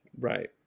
Right